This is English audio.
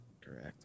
Correct